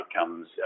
outcomes